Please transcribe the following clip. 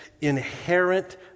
inherent